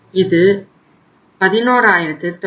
இது 11927